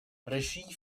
regie